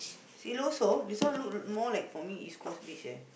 Siloso this one look more like for me East-Coast Beach eh